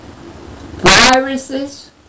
Viruses